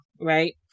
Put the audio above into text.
right